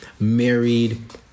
married